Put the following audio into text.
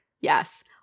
Yes